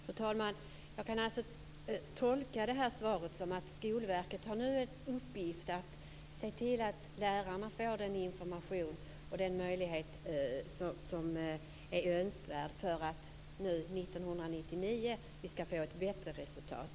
Fru talman! Jag tolkar svaret så att Skolverket nu har i uppgift att se till att lärarna får den information och de möjligheter som krävs för att vi 1999 skall få ett bättre resultat.